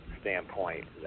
standpoint